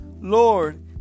Lord